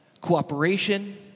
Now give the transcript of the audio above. cooperation